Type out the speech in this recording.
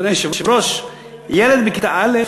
אדוני היושב-ראש, ילד בכיתה א'